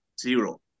Zero